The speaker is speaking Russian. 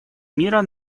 мира